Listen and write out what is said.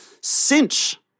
cinch